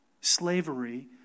slavery